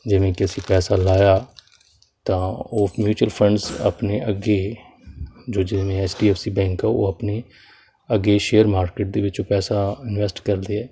ਜਿਵੇਂ ਕਿ ਅਸੀਂ ਪੈਸਾ ਲਾਇਆ ਤਾਂ ਉਹ ਮਿਊਚੁਅਲ ਫੰਡਸ ਆਪਣੇ ਅੱਗੇ ਜੋ ਜਿਵੇਂ H D F C bank ਆ ਉਹ ਆਪਣੇ ਅੱਗੇ ਸ਼ੇਅਰ ਮਾਰਕੀਟ ਦੇ ਵਿੱਚ ਉਹ ਪੈਸਾ ਇਨਵੈਸਟ ਕਰਦੇ ਹੈ